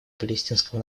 палестинского